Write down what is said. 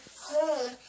home